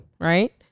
right